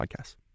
Podcasts